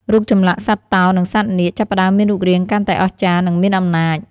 រូបចម្លាក់សត្វតោ និងសត្វនាគ ចាប់ផ្តើមមានរូបរាងកាន់តែអស្ចារ្យ និងមានអំណាច។